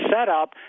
setup